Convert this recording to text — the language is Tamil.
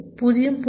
2 0